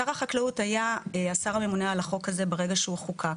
שר החקלאות היה השר הממונה על החוק הזה ברגע שהוא חוקק.